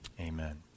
amen